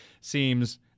seems